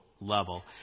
level